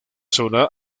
zona